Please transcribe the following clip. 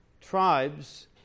tribes